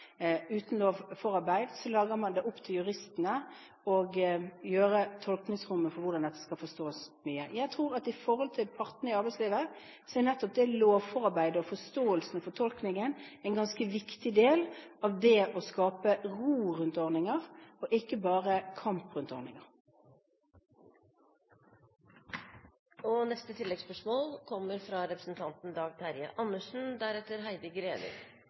opp til at juristene skal gjøre tolkningsrommet for hvordan dette skal forstås. Jeg tror at når det gjelder partene i arbeidslivet, er nettopp det lovforarbeidet, og forståelsen og fortolkningen, en ganske viktig del av det å skape ro rundt ordninger – og ikke bare kamp rundt